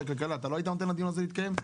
הכלכלה לא היית נותן לדיון הזה להתקיים.